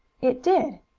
it did,